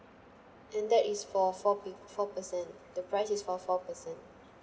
and that is for four pe~ four person the price is for four person